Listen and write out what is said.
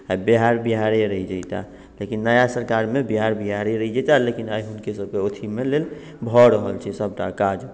आ बिहार बिहारे रहि जैता लेकिन नया सरकार मे बिहार बिहारे रही जैता लेकिन आइ हुनके सबके अथि मे लेल भऽ रहल छै सबटा काज